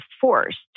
forced